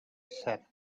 said